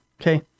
okay